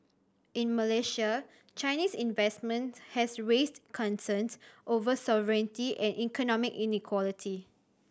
in Malaysia Chinese investment has raised concerns over sovereignty and economic inequality